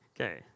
Okay